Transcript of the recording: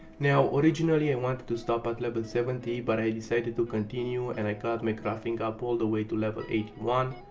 now, originally, i wanted to stop at level seventy but i decided to continue and i got my crafting up all the way to eighty one.